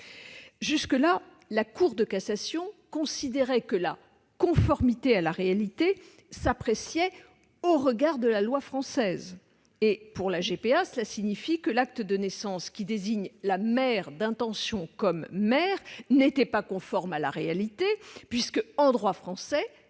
Jusque-là, la Cour de cassation considérait que la « conformité à la réalité » s'appréciait au regard de la loi française. Pour la GPA, cela signifie que l'acte de naissance qui désigne la mère d'intention comme mère n'était pas conforme à la réalité, puisque, en droit français,